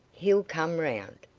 he'll come round.